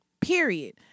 period